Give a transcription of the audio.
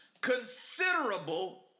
considerable